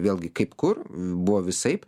vėlgi kaip kur buvo visaip